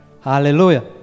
Hallelujah